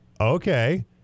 Okay